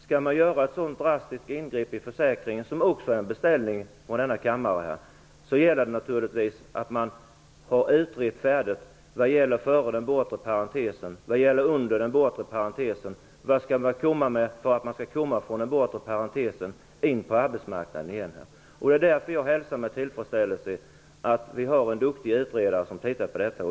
Skall man göra ett så drastiskt ingrepp i försäkringen - som också är en beställning från denna kammare - måste man naturligtvis ha utrett detta färdigt. Man måste veta vad som gäller före den bortre parentesen och under den bortre parentesen samt hur man skall kunna komma från den bortre parentesen och in på arbetsmarknaden igen. Det är därför jag med tillfredsställelse hälsar att vi har en duktig utredare som tittar på detta.